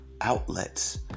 outlets